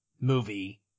movie